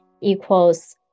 equals